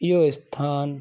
इहो स्थान